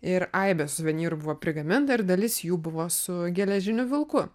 ir aibė suvenyrų buvo prigaminta ir dalis jų buvo su geležiniu vilku